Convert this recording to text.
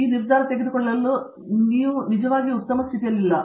ಈಗ ನಿರ್ಧಾರ ತೆಗೆದುಕೊಳ್ಳಲು ನೀವು ನಿಜವಾಗಿಯೂ ಉತ್ತಮ ಸ್ಥಿತಿಯಲ್ಲಿಲ್ಲ